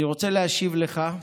אני רוצה להשיב לך,